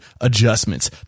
adjustments